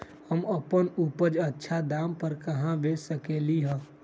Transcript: हम अपन उपज अच्छा दाम पर कहाँ बेच सकीले ह?